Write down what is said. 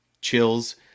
chills